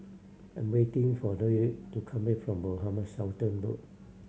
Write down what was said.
I'm waiting for Deryl to come back from Mohamed Sultan Road